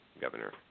Governor